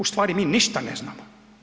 Ustvari mi ništa ne znamo.